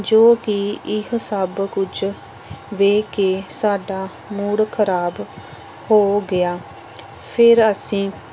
ਜੋ ਕੀ ਇਹ ਸਭ ਕੁਝ ਵੇਖ ਕੇ ਸਾਡਾ ਮੂਡ ਖ਼ਰਾਬ ਹੋ ਗਿਆ ਫਿਰ ਅਸੀਂ